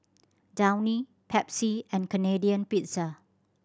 Downy Pepsi and Canadian Pizza